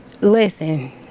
listen